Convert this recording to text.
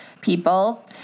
people